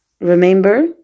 Remember